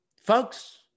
Folks